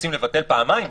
רוצים לבטל פעמיים?